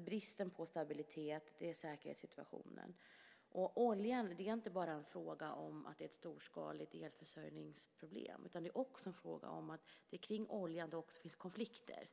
bristen på stabilitet, säkerhetssituationen. Vad gäller oljan är det inte enbart en fråga om ett storskaligt elförsörjningsproblem utan det handlar också om att det kring oljan finns konflikter.